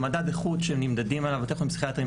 זה מדד איכות שנמדדים עליו וזה מתבצע.